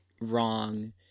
wrong